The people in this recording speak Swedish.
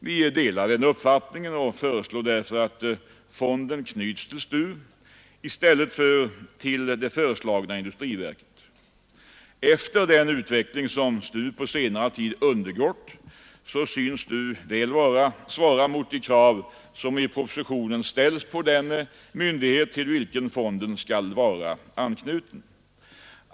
Vi delar den uppfattningen och föreslår därför att fonden knyts till STU i stället för till det föreslagna industriverket. Efter den utveckling som STU på senare tid undergått synes STU väl svara mot de krav som i propositionen ställs på den myndighet till vilken fonden skall vara anknuten.